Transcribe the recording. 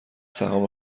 سهام